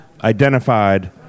identified